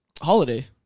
Holiday